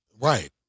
right